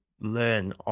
learn